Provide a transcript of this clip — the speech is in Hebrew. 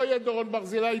לא יהיה דורון ברזילי,